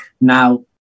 Now